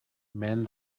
men